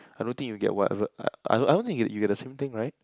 I don't think you get whatever I I I don't think you get the same thing right